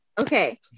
Okay